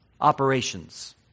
operations